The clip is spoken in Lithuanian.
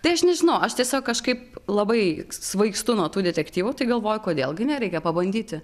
tai aš nežinau aš tiesiog kažkaip labai svaigstu nuo tų detektyvų tai galvoju kodėl gi ne reikia pabandyti